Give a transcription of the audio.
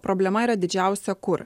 problema yra didžiausia kur